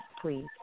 please